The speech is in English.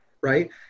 right